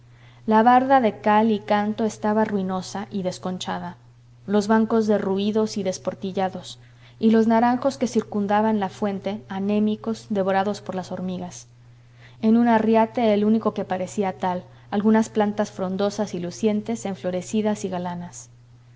la barda de cal y canto estaba ruinosa y desconchada los bancos derruidos y desportillados y los naranjos que circundaban la fuente anémicos devorados por las hormigas en un arriate el único que parecía tal algunas plantas frondosas y lucientes enflorecidas y galanas